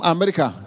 America